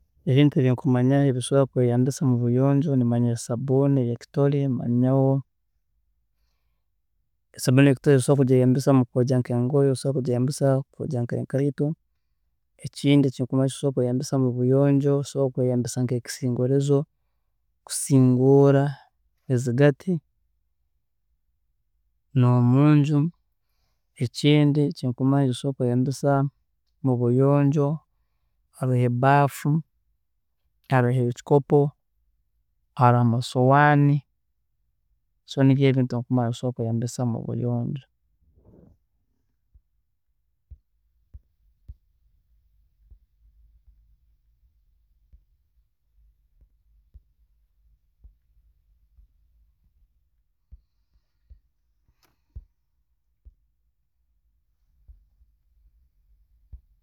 Ebintu ebinkumanya ebitusobola kweyambisa mubuyonjo nimanya sabuuni eyekitore, manyaho esabuuni eyekitore osobola kugyeyambisa mukwojya nk'engoyi, osobola kugyeyambisa kwojya nk'ekaito, ekindi eki osobola kweyabisa mubuyonjo osobola kweyambisa nkekisingoorezo kusiingoorra ezigati, nomunju, ekindi eki nkumanya eki osobola kweyambsa mubuyonjo haroho ebaafu, haroho ekikopo, haroho amasowaani, so nibyo ebintu ebi nkumanya ebi osobola kweyambisa mubuyonjo.